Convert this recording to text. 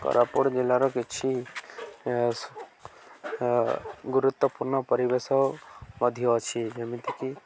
କୋରାପୁଟ ଜିଲ୍ଲାର କିଛି ଗୁରୁତ୍ୱପୂର୍ଣ୍ଣ ପରିବେଶ ମଧ୍ୟ ଅଛି ଯେମିତିକି